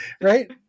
right